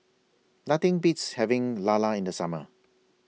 Nothing Beats having Lala in The Summer